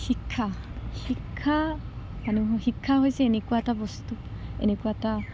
শিক্ষা শিক্ষা মানে শিক্ষা হৈছে এনেকুৱা এটা বস্তু এনেকুৱা এটা